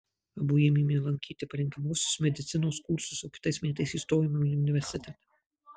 abu ėmėme lankyti parengiamuosius medicinos kursus o kitais metais įstojome į universitetą